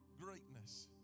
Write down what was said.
greatness